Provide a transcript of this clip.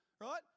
right